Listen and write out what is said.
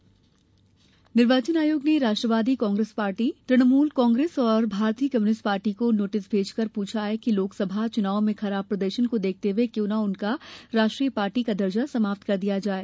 आयोग नोटिस निर्वाचन आयोग ने राष्ट्रवादी कांग्रेस पार्टी तृणमूल कांग्रेस और भारतीय कम्युनिस्ट पार्टी को नोटिस भेजकर पूछा है कि लोकसभा चुनावों में खराब प्रदर्शन को देखते हये क्यों ना उनका राष्ट्रीय पार्टी का दर्जा समाप्त कर दिया जाये